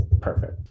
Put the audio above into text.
perfect